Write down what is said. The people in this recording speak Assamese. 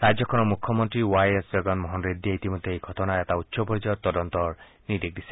ৰাজ্যখনৰ মুখ্যমন্ত্ৰী ৱাই এছ জগন মোহন ৰেড্ডীয়ে ইতিমধ্যে এই ঘটনাৰ এটা উচ্চ পৰ্যায়ৰ তদন্তৰ নিৰ্দেশ দিছে